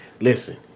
listen